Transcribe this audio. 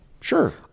Sure